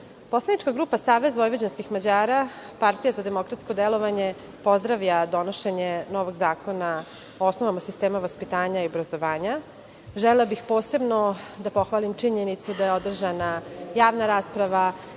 poslanička grupa SVM – Partija za demokratsko delovanje pozdravlja donošenje novog Zakona o osnovama sistema vaspitanja i obrazovanja. Želela bih posebno da pohvalim činjenicu da je održana javna rasprava,